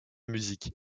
musique